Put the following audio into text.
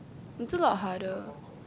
it's a lot harder